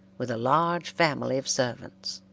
with a large family of servants.